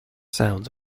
sounds